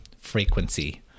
frequency